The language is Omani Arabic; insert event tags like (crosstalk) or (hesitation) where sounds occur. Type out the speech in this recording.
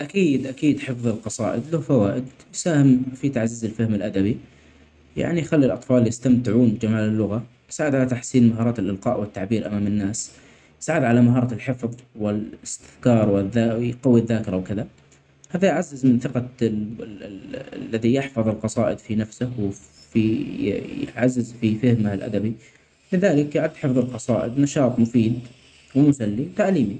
أكيد أكيد حفظ القصائد له فوائد ، يس، اهم في تعزيز الفهم الأدبي ، يعني يخلي الأطفال يستمتعون بجمال اللغة ، يساعد علي تحسين مهارات الإلقاء والتعبير أمام الناس ، يساعد علي مهارات الحفظ ، وال-الاستذكار والذا-يقوي الذاكرة وكده، هذا يعزز من ثقه (hesitation) الذي يحفظ القصائد في نفسة وفي (hesitation) يعزز في فهمه لأدبة ، لذلك يعد حفظ القصائد نشاط مفيد ومسلي وتعليمي.